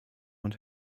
und